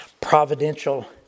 providential